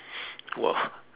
!wah!